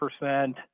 percent